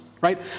right